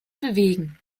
bewegen